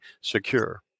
secure